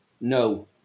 No